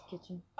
kitchen